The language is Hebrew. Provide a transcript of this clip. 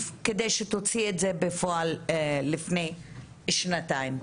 כדי שתוציא את זה לפועל לפני שנתיים.